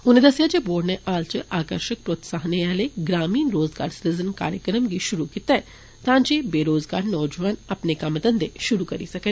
उनें दस्सेआ जे बोर्ड ने हाल च आकर्शक प्रोत्साहनें आले ग्रामीण रोज़गार सृजन कार्यक्रम गी षुरु कीता ऐ तां जे बेरोज़गार नोजोआन अपने कम्म धन्धे षुरु करी सकन